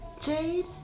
Jade